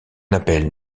appelle